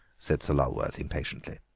said sir lulworth impatiently.